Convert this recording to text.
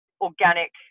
organic